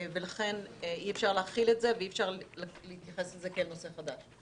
ולכן אי-אפשר להחיל את זה ואי-אפשר להתייחס לזה כאל נושא חדש.